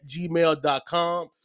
gmail.com